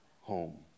home